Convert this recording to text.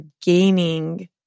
gaining